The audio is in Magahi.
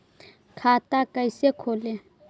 खाता कैसे खोले?